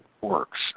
works